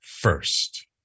first